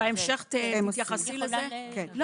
לגבי הסוגיות, אני